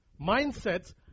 mindsets